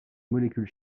molécules